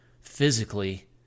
physically